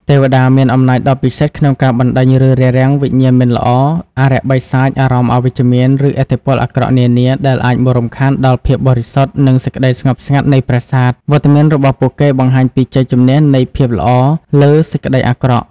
ទេវតាមានអំណាចដ៏ពិសិដ្ឋក្នុងការបណ្ដេញ ឬរារាំងវិញ្ញាណមិនល្អ អារក្សបិសាច អារម្មណ៍អវិជ្ជមាន ឬឥទ្ធិពលអាក្រក់នានា ដែលអាចមករំខានដល់ភាពបរិសុទ្ធ និងសេចក្ដីស្ងប់ស្ងាត់នៃប្រាសាទ វត្តមានរបស់ពួកគេបង្ហាញពីជ័យជំនះនៃភាពល្អលើសេចក្តីអាក្រក់។